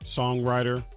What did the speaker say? songwriter